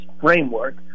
framework